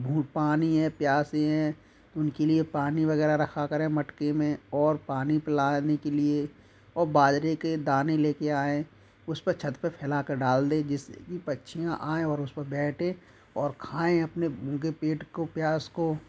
पानी है प्यासी है उनके लिए पानी वगैरह रखा करें मटके में और पानी पिलाने के लिए और बाजरे के दाने लेके आए उसपे छत पे फैला कर डाल दे जिसकी पक्षियाँ आएं और उस पर बैठे और खाएं अपने उनके पेट को प्यास को